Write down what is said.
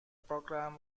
program